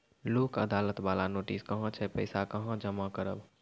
लोक अदालत बाला नोटिस आयल छै पैसा कहां जमा करबऽ?